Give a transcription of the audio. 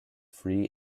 free